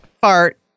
fart